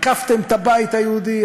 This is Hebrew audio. עקפתם את הבית היהודי,